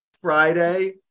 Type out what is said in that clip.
Friday